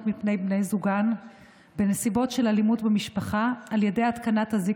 מפני בני זוגן בנסיבות של אלימות במשפחה על ידי התקנת אזיק